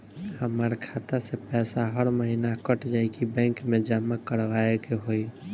हमार खाता से पैसा हर महीना कट जायी की बैंक मे जमा करवाए के होई?